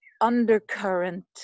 undercurrent